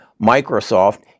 Microsoft